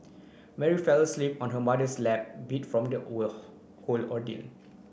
Mary fell asleep on her mother's lap beat from the whole ordeal